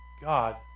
God